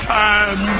time